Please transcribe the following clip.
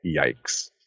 Yikes